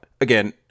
again